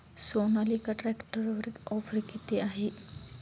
सोनालिका ट्रॅक्टरवर ऑफर किती आहे?